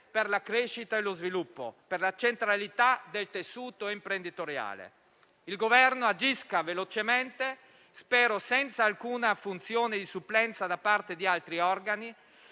per la crescita e lo sviluppo, per la centralità del tessuto imprenditoriale. Il Governo agisca velocemente, spero senza alcuna funzione di supplenza di altri organi,